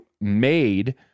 made